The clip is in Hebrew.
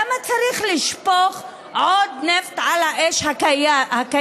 למה צריך לשפוך עוד נפט על האש הקיימת?